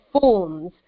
forms